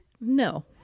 no